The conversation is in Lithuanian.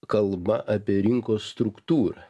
kalba apie rinkos struktūrą